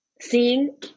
seeing